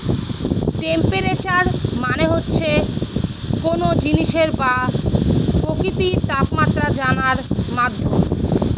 temperature মানে হচ্ছে কোনো জিনিসের বা প্রকৃতির তাপমাত্রা জানার মাধ্যম